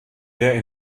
der